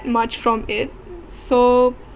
much from it so